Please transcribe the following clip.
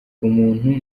umuntu